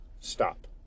stop